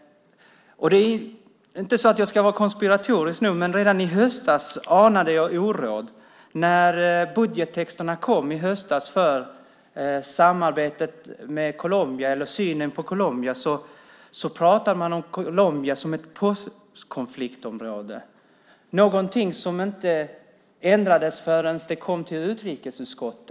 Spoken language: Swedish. Det är inte så att jag ska vara konspiratorisk nu, men redan i höstas anade jag oråd. När budgettexterna kom i höstas när det gäller synen på Colombia definierade man Colombia som ett postkonfliktområde. Det ändrades inte förrän det kom till utrikesutskottet.